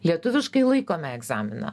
lietuviškai laikome egzaminą